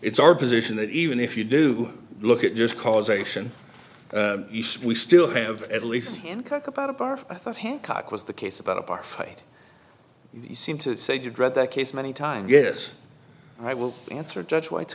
it's our position that even if you do look at just causation we still have at least in cook about a bar i thought hancock was the case about a bar fight you seem to say you dread that case many times yes i will answer judge white